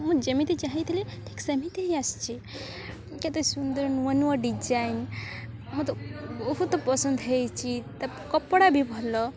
ମୁଁ ଯେମିତି ଚାହିଁଥିଲି ଠିକ ସେମିତି ହି ଆସିଛି କେତେ ସୁନ୍ଦର ନୂଆ ନୂଆ ଡିଜାଇନ୍ ହଁ ତ ବହୁତ ପସନ୍ଦ ହେଇଛି ତା' କପଡ଼ା ବି ଭଲ